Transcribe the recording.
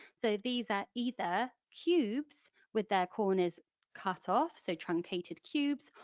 so these are either cubes with their corners cut-off, so truncated cubes,